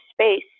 space